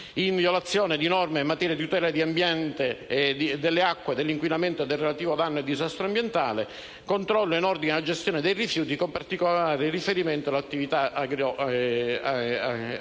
in violazione di norme in materia di tutela delle acque dall'inquinamento e dal relativo danno e disastro ambientale, il controllo in ordine alla gestione dei rifiuti, con particolare riferimento all'attività agro-forestale.